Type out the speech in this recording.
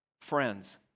friends